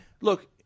look